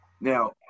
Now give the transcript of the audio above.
Now